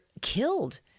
killed